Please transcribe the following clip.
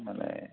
মানে